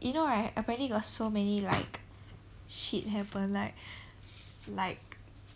you know right apparently got so many like shit happened like like